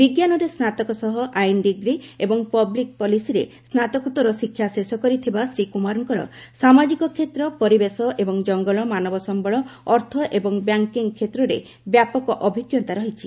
ବିଜ୍ଞାନରେ ସ୍ନାତକ ସହ ଆଇନ ଡିଗ୍ରୀ ଏବଂ ପବ୍ଲିକ୍ ପଲିସିରେ ସ୍ନାତକୋତ୍ତର ଶିକ୍ଷା ଶେଷ କରିଥିବା ଶ୍ରୀ କୁମାରଙ୍କର ସାମାଜିକ କ୍ଷେତ୍ର ପରିବେଶ ଏବଂ ଜଙ୍ଗଲ ମାନବ ସମ୍ଭଳ ଅର୍ଥ ଏବଂ ବ୍ୟାଙ୍କିଙ୍ଗ୍ କ୍ଷେତ୍ରରେ ବ୍ୟାପକ ଅଭିଜ୍ଞତା ରହିଛି